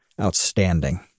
outstanding